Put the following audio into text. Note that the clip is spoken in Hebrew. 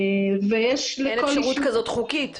אין אפשרות חוקית כזאת.